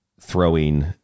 throwing